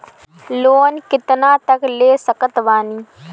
Loan कितना तक ले सकत बानी?